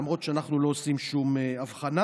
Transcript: למרות שאנחנו לא עושים שום הבחנה,